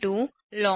013